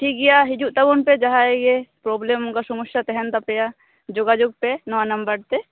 ᱴᱷᱤᱠ ᱜᱮᱭᱟ ᱦᱤᱡᱩᱜ ᱛᱟᱵᱚᱱ ᱯᱮ ᱡᱟᱦᱟᱸᱭ ᱜᱮ ᱯᱨᱳᱵᱮᱞᱮᱢ ᱚᱱᱠᱟ ᱥᱳᱢᱳᱥᱟ ᱛᱟᱦᱮᱱ ᱛᱟᱯᱮᱭᱟ ᱡᱳᱜᱟᱡᱳᱜ ᱯᱮ ᱱᱚᱣᱟ ᱱᱟᱢᱵᱟᱨ ᱛᱮ